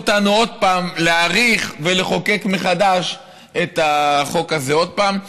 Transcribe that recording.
אותנו עוד פעם להאריך ולחוקק מחדש את החוק הזה עוד פעם.